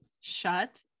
shut